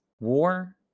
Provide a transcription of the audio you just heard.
War